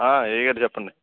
అయ్యగారు చెప్పండి